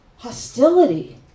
hostility